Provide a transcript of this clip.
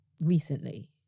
recently